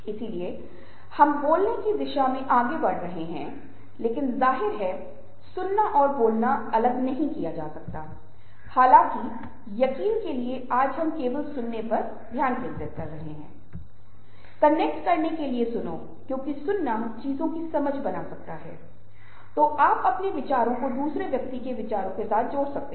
इसलिए पहले मैंने उनकी खूबियों के बारे में बताया सटीकता इसका मतलब है कि वे बहुत सटीक हैं क्योंकि वे बहुत अच्छे श्रोता हैं इसलिए वे सटीकता के साथ सब कुछ सुनते वे जो भी जानकारी देते हैं वह बहुत सटीक है